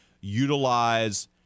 utilize